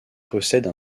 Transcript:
possède